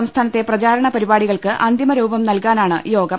സംസ്ഥാ നത്തെ പ്രചാരണ പരിപാടികൾക്ക് അന്തിമ രൂപം നൽകാനാണ് യോഗം